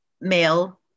male